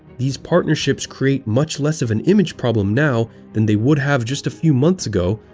these partnerships create much less of an image problem now than they would have just a few months ago,